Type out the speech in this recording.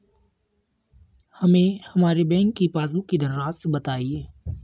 हमें हमारे बैंक की पासबुक की धन राशि बताइए